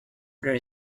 there